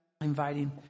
inviting